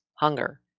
hunger